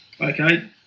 Okay